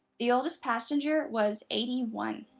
the oldest passenger was eighty one.